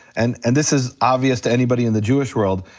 and and this is obvious to anybody in the jewish world,